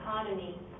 economy